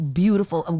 beautiful